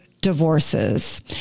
divorces